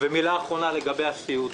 ומילה אחרונה על הסיעוד.